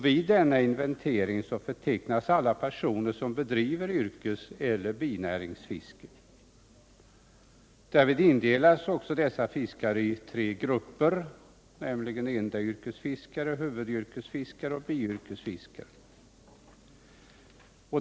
Vid denna inventering förtecknas alla personer som bedriver yrkeseller binäringsfiske. Därvid indelas dessa Nr 110 fiskare i tre grupper, nämligen endayrkesfiskare, huvudyrkesfiskare och Onsdagen den biyrkesfiskare.